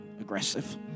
aggressive